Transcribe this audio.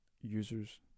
users